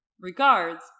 Regards